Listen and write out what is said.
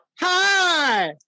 Hi